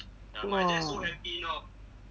!wah!